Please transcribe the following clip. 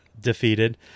defeated